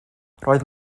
roedd